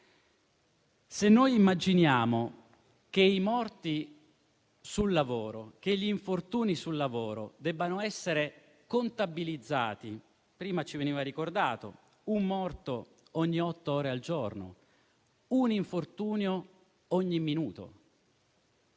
Se noi immaginiamo che i morti e gli infortuni sul lavoro debbano essere contabilizzati (prima ci veniva ricordato: un morto ogni otto ore, un infortunio ogni minuto),